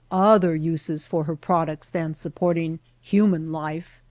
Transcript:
other uses for her pro ducts than supporting human life.